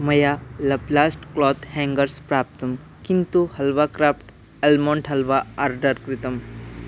मया लप्लास्ट् cloth hangers प्राप्तं किन्तु halwa craft almond halwa order कृतम्